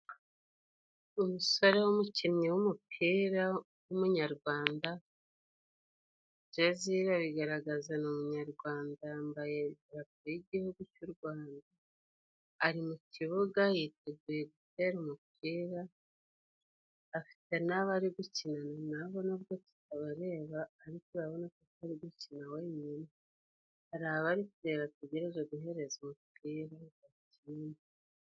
Umusore w'umukinnyi w'umupira w'umunyarwanda jeziye irabigaragaza ni umunyarwandara. Yambaye idarapo y'igihugu cy'u Rwanda ari mu kibuga, yiteguye gutera umupira afite nabo arigukina nabo nubwo tutabareba . Ariko urabona ko atari gukina wenyine hari abo arikureba bategereje guheza umupira.